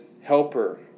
helper